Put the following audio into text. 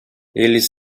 eles